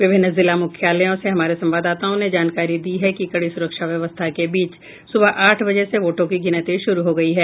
विभिन्न जिला मुख्यालयों से हमारे संवाददाताओं ने जानकारी दी है कि कड़ी सुरक्षा व्यवस्था के बीच सुबह आठ बजे से वोटों की गिनती शुरू हो गयी है